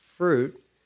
fruit